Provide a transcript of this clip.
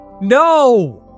No